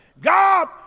God